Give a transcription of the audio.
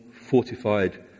fortified